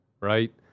right